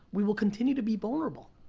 we will continue to be vulnerable.